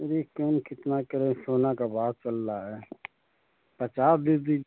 जी कम कितना करें सोना का भाव चल रहा है पचास दी दी